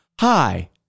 hi